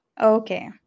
Okay